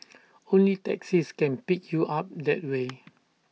only taxis can pick you up that way